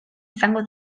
izango